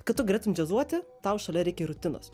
kad tu galėtum džiazuoti tau šalia reikia rutinos